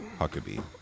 huckabee